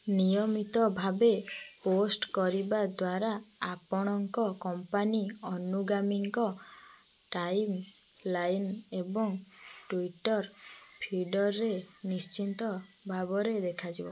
ନିୟମିତ ଭାବେ ପୋଷ୍ଟ୍ କରିବା ଦ୍ୱାରା ଆପଣଙ୍କ କମ୍ପାନୀ ଅନୁଗାମୀଙ୍କ ଟାଇମ୍ ଲାଇନ୍ ଏବଂ ଟ୍ୱିଟର୍ ଫିଡ଼ରରେ ନିଶ୍ଚିନ୍ତ ଭାବରେ ଦେଖାଯିବ